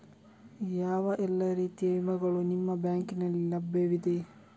ಯಾವ ಎಲ್ಲ ರೀತಿಯ ವಿಮೆಗಳು ನಿಮ್ಮ ಬ್ಯಾಂಕಿನಲ್ಲಿ ಲಭ್ಯವಿದೆ?